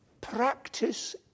practice